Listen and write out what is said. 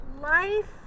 life